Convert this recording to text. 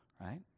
right